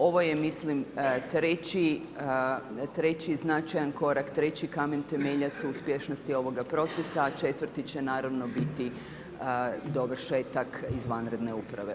Ovo je mislim treći značajan korak, treći kamen temeljac u uspješnosti ovoga procesa a četvrti će naravno biti dovršetak izvanredne uprave.